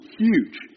huge